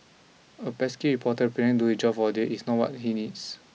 a pesky reporter pretend do his job for a day is not what he needs